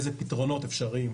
איזה פתרונות אפשריים,